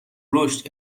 رشد